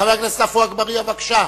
חבר הכנסת עפו אגבאריה, בבקשה,